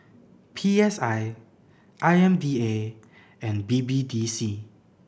P S I I M D A and B B D C